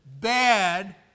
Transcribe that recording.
Bad